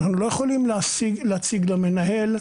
אנחנו לא יכולים להציג למנהל,